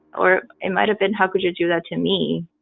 or it might have been, how could you do that to me?